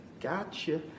Gotcha